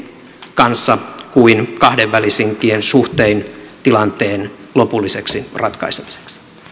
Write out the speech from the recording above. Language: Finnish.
kanssa kuin kahdenvälisinkin suhtein tilanteen lopulliseksi ratkaisemiseksi